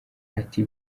ati